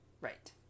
Right